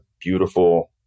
beautiful